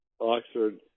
Oxford